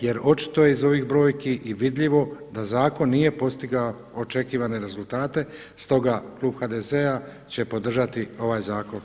Jer očito je iz ovih brojki i vidljivo da zakon nije postigao očekivane rezultate stoga klub HDZ-a će podržati ovaj zakon.